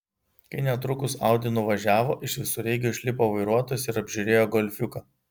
kai netrukus audi nuvažiavo iš visureigio išlipo vairuotojas iš apžiūrėjo golfiuką